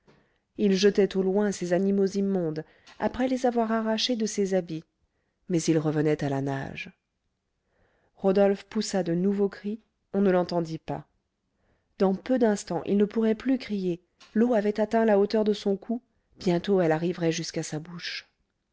il jetait au loin ces animaux immondes après les avoir arrachés de ses habits mais ils revenaient à la nage rodolphe poussa de nouveaux cris on ne l'entendit pas dans peu d'instants il ne pourrait plus crier l'eau avait atteint la hauteur de son cou bientôt elle arriverait jusqu'à sa bouche